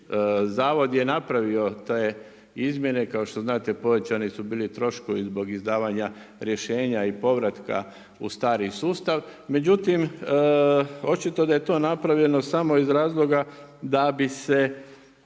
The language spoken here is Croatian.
Zavod je napravio te izmjene, kao što znate povećani su bili troškovi zbog izdavanja rješenja i povratka u stari sustav, međutim očito da je to napravljeno samo iz razloga da bi se